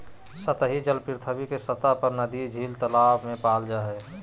सतही जल पृथ्वी के सतह पर नदी, झील, तालाब में पाल जा हइ